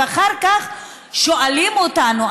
אחר כך שואלים אותנו,